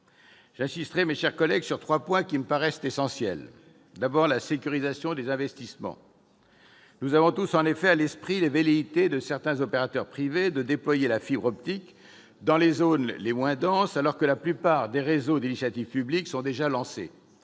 J'insisterai, mes chers collègues, sur trois points qui me paraissent essentiels. Le premier est la sécurisation des investissements. Nous avons tous en effet à l'esprit les velléités de certains opérateurs privés de déployer de la fibre optique dans des zones les moins denses, alors que la plupart des réseaux d'initiative publique sont déjà lancés